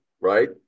right